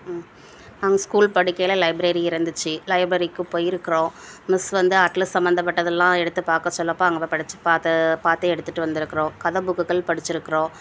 ம் நாங்கள் ஸ்கூல் படிக்கையில் லைப்ரரி இருந்துச்சு லைப்ரரிக்கு போயி இருக்கறோம் மிஸ் வந்து அட்லஸ் சம்மந்தப்பட்டதெல்லாம் எடுத்து பார்க்க சொன்னப்போ அங்கே போய் படிச்சி பார்த்த பார்த்து எடுத்துகிட்டு வந்துருக்கறோம் கதை புக்குக்கள் படிச்சுருக்கறோம்